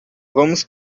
vamos